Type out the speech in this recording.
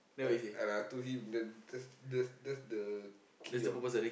and and I told him that that's that's that's the key of